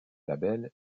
label